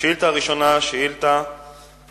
השאילתא הראשונה, מס'